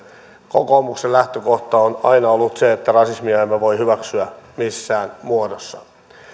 kokoomuksen lähtökohta on aina ollut se että rasismia emme voi hyväksyä missään muodossa